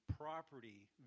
property